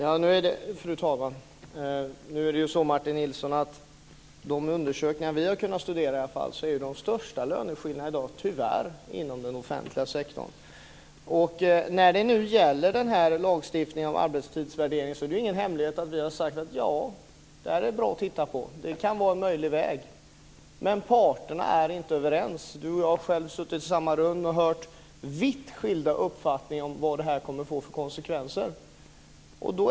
Fru talman! I varje fall enligt de undersökningar som vi har kunnat studera finns de största löneskillnaderna i dag tyvärr inom den offentliga sektorn. När det gäller lagstiftningen om arbetstidsvärdering är det ingen hemlighet att vi har sagt att det är bra att titta på detta. Det kan vara en möjlig väg. Men parterna är inte överens. Martin, du och jag har suttit i samma rum och hört vitt skilda uppfattningar om vilka konsekvenser det här kommer att få.